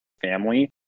family